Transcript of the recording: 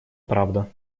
правда